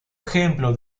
ejemplo